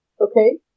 Okay